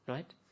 Right